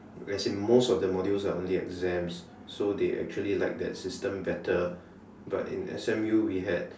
as in most of the modules are only exams so they actually liked that system better but in S_M_U we had